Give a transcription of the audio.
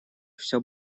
все